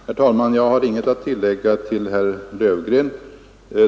Herr talman! Jag har inget att tillägga till herr Löfgren.